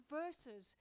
verses